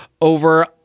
over